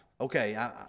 okay